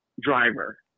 Driver